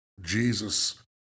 Jesus